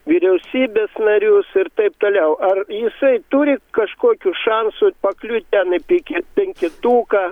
vyriausybės narius ir taip toliau ar jisai turi kažkokių šansų pakliūt ten į penke penketuką